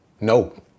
no